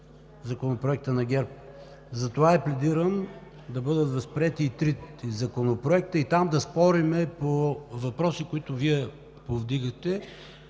Законопроекта на ГЕРБ. Затова пледирам да бъдат възприети и трите законопроекта – там да спорим по въпроси, които Вие повдигате